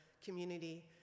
community